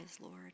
Lord